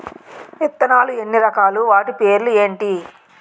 విత్తనాలు ఎన్ని రకాలు, వాటి పేర్లు ఏంటి?